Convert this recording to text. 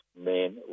men